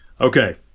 Okay